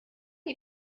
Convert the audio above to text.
you